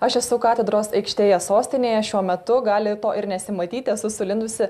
aš esu katedros aikštėje sostinėje šiuo metu gali to ir nesimatyti esu sulindusi